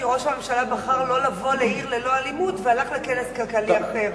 כי ראש הממשלה בחר לא לבוא ל"עיר ללא אלימות" והלך לכנס כלכלי אחר,